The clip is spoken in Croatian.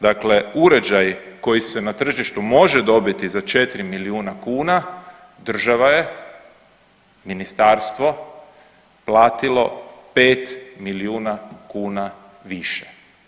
Dakle, uređaj koji se na tržištu može dobiti za 4 milijuna kuna, država je, ministarstvo platilo 5 milijuna kuna više.